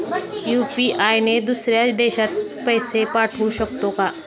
UPI ने दुसऱ्या देशात पैसे पाठवू शकतो का?